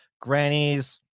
grannies